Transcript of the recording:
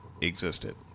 existed